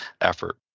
effort